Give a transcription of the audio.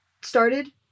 started